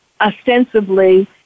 ostensibly